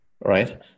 right